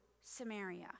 Samaria